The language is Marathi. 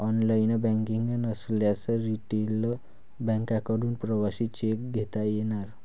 ऑनलाइन बँकिंग नसल्यास रिटेल बँकांकडून प्रवासी चेक घेता येणार